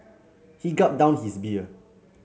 he gulped down his beer